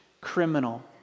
criminal